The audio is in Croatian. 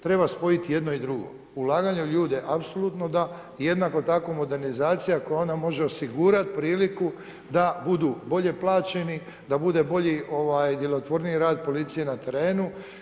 Treba spojiti jedno i drugo, ulaganje u ljude apsolutno da i jednako tako modernizacija koja onda može osigurati priliku da budu bolje plaćeni, da bude bolji, ovaj djelotvorniji rad policije na terenu.